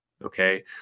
Okay